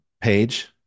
page